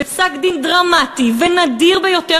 בפסק-דין דרמטי ונדיר ביותר,